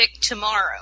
tomorrow